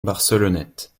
barcelonnette